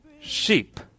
sheep